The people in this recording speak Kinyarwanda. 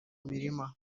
mirima